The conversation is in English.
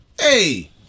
Hey